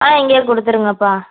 ஆ இங்கேயே கொடுத்துடுங்கபா